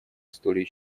истории